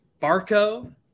Barco